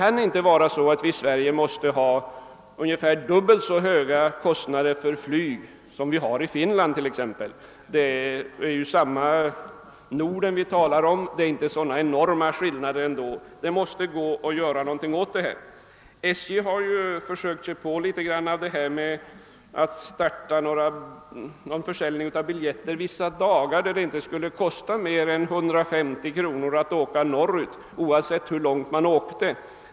Vi i Sverige skall väl inte behöva ha ungefär dubbelt så höga flygpriser som i Finland. Det kan inte vara så enorma skillnader i förutsättningarna inom Norden, utan det måste gå att göra någonting åt saken. SJ har gjort försök med att vissa dagar sälja biljetter som inte kostar mer än 150 kronor, oavsett hur långt norrut man åker.